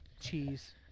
cheese